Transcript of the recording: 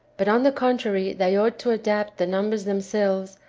but, on the contrary, they ought to adapt the numbers them selves,